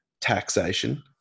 taxation